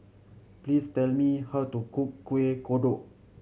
please tell me how to cook Kueh Kodok